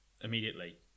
immediately